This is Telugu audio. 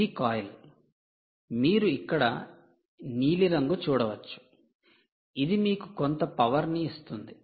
ఇది కాయిల్ మీరు ఇక్కడ నీలిరంగు చూడవచ్చు ఇది మీకు కొంత పవర్ ని ఇస్తుంది